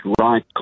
right